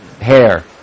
hair